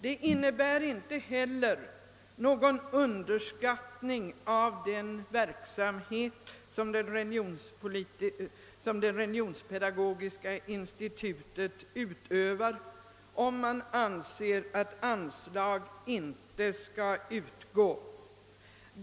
Det innebär inte heller någon underskattning av den verksamhet, som Religionspedagogiska institutet bedriver, om man anser att anslag inte skall utgå.